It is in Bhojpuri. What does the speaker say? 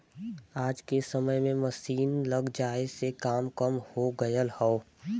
आज के समय में मसीन लग जाये से काम कम हो गयल हौ